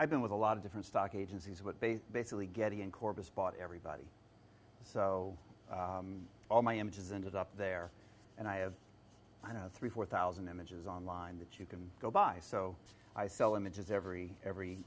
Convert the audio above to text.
i've been with a lot of different stock agencies what they basically get in corpus bought everybody so all my images and it's up there and i have i know three four thousand images online that you can go by so i sell images every every